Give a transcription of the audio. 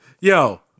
Yo